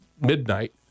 midnight